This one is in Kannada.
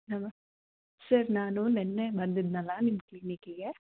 ನಮಸ್ತೆ ಸರ್ ನಾನು ನೆನ್ನೆ ಬಂದಿದ್ದೆನಲ್ಲ ನಿಮ್ಮ ಕ್ಲಿನಿಕ್ಕಿಗೆ